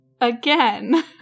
Again